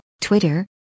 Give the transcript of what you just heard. Twitter